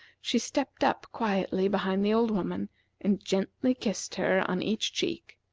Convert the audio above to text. she stepped up quietly behind the old woman and gently kissed her on each cheek,